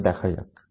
তো দেখা যাক